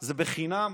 זה חינם.